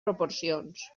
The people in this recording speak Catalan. proporcions